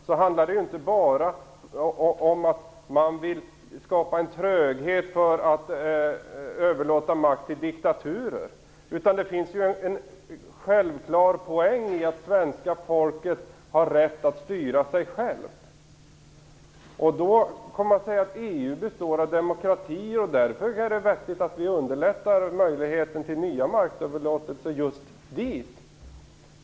Det handlar ju inte bara om att man vill skapa en tröghet mot att överlåta makt till diktaturer. Det finns en självklar poäng i att svenska folket har rätt att styra sig självt. Man kan i och för sig säga att EU består av demokratier och att det därför är vettigt att underlätta möjligheten till nya maktöverlåtelser just till EU.